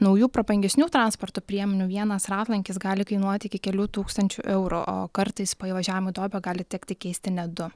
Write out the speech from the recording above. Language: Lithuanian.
naujų prabangesnių transporto priemonių vienas ratlankis gali kainuoti iki kelių tūkstančių eurų o kartais po įvažiavimo į duobę gali tekti keisti net du